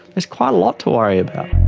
there's quite a lot to worry about.